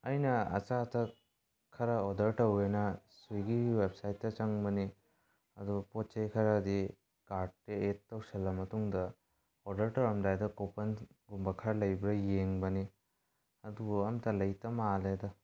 ꯑꯩꯅ ꯑꯆꯥ ꯑꯊꯛ ꯈꯔ ꯑꯣꯔꯗ꯭ꯔ ꯇꯧꯒꯦꯅ ꯁ꯭ꯋꯤꯒꯤꯒꯤ ꯋꯦꯞꯁꯥꯏꯠꯇ ꯆꯪꯕꯅꯤ ꯑꯗꯣ ꯄꯣꯠ ꯆꯩ ꯈꯔꯗꯤ ꯀꯥꯔꯠꯇ ꯑꯦꯠ ꯇꯧꯁꯤꯜꯂ ꯃꯇꯨꯡꯗ ꯑꯣꯔꯗ꯭ꯔ ꯇꯧꯔꯝꯗꯥꯏꯗ ꯀꯨꯄꯟꯒꯨꯝꯕ ꯈꯔ ꯂꯩꯕ꯭ꯔ ꯌꯦꯡꯕꯅꯤ ꯑꯗꯨꯕꯨ ꯑꯝꯇ ꯂꯩꯇ ꯃꯥꯜꯂꯦꯗ